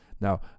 Now